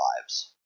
lives